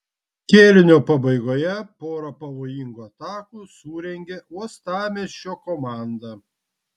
kėlinio pabaigoje porą pavojingų atakų surengė uostamiesčio komanda